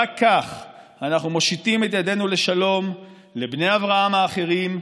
רק כך אנחנו מושיטים את ידינו לשלום לבני אברהם האחרים,